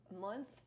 month